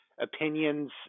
opinions